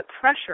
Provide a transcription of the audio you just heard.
pressure